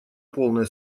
полное